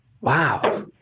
Wow